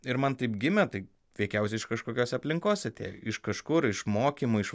ir man taip gimė tai veikiausiai iš kažkokios aplinkos atėjo iš kažkur iš mokymų iš